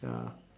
ya